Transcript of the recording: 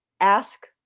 ask